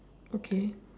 okay